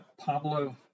Pablo